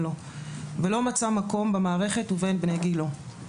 לו ולא מצא מקום במערכת ובין בני גילו.